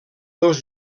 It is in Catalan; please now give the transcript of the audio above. dos